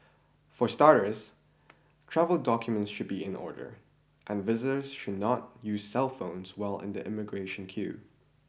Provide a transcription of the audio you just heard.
for starters travel documents should be in order and visitors should not use cellphones while in the immigration queue